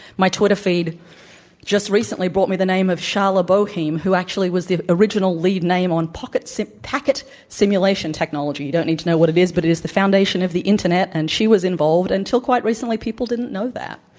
my twitter feed just recently brought me the name of sharla boheim who actually was the original lead name on pocket so packet simulation technology. you don't need to know what it is, but it's the foundation of the internet. and she was involved. until quite recently, people didn't know that.